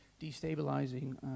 destabilizing